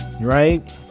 right